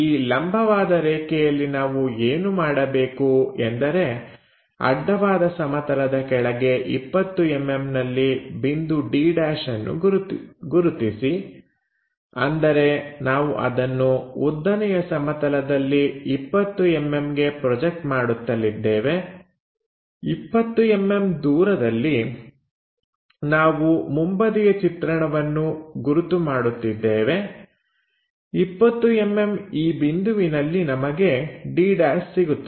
ಈ ಲಂಬವಾದ ರೇಖೆಯಲ್ಲಿ ನಾವು ಏನು ಮಾಡಬೇಕು ಎಂದರೆ ಅಡ್ಡವಾದ ಸಮತಲದ ಕೆಳಗೆ 20mm ನಲ್ಲಿ ಬಿಂದು d' ಅನ್ನು ಗುರುತಿಸಿ ಅಂದರೆ ನಾವು ಅದನ್ನು ಉದ್ದನೆಯ ಸಮತಲದಲ್ಲಿ 20mm ಗೆ ಪ್ರೊಜೆಕ್ಟ್ ಮಾಡುತ್ತಲಿದ್ದೇವೆ 20mm ದೂರದಲ್ಲಿ ನಾವು ಮುಂಬದಿಯ ಚಿತ್ರಣವನ್ನು ಗುರುತು ಮಾಡುತ್ತಿದ್ದೇವೆ 20mm ಈ ಬಿಂದುವಿನಲ್ಲಿ ನಮಗೆ d' ಸಿಗುತ್ತದೆ